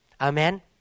Amen